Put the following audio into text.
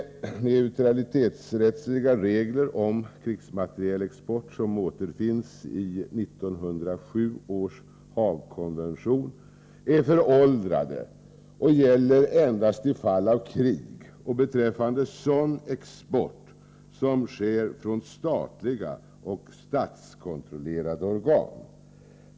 De neutralitetsrättsliga regler om krigsmaterielexport som återfinns i 1907 års Haag-konvention är föråldrade och gäller endast i fall av krig och beträffande sådan export som sker från statliga och statskontrollerade organ.